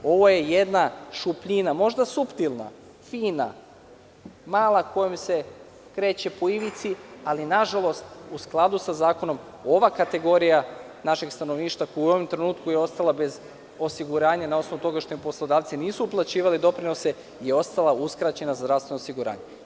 Ovo je jedna šupljina, možda suptilna, fina, mala kojom se kreće po ivici, ali nažalost u skladu sa zakonom ova kategorija našeg stanovništva u ovom trenutku je ostala bez osiguranja na osnovu toga što im poslodavci nisu uplaćivali doprinose i ostala uskraćena za zdravstveno osiguranje.